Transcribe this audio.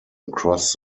across